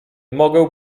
mogę